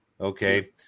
Okay